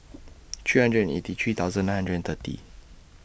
three hundred eighty three thousand nine hundred and thirty